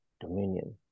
dominion